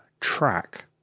track